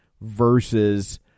versus